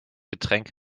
getränk